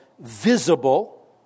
visible